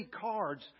cards